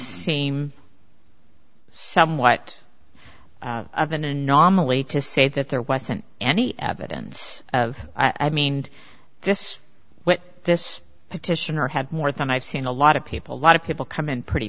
seem somewhat of an anomaly to say that there wasn't any evidence i mean this what this petitioner had more than i've seen a lot of people a lot of people come in pretty